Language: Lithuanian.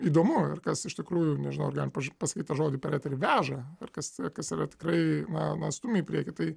įdomu ir kas iš tikrųjų nežinau ar galima paž pasakyt tą žodį per eterį veža ir kas kas yra tikrai na na stumia į priekį tai